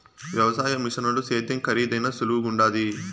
వ్యవసాయ మిషనుల సేద్యం కరీదైనా సులువుగుండాది